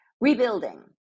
Rebuilding